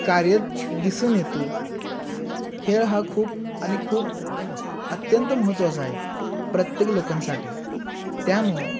कार्य दिसून येतो खेळ हा खूप आणि खूप अत्यंत महत्त्वाचा आहे प्रत्येक लोकांसाठी त्यामुळं